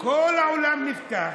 כל העולם נפתח,